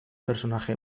personaje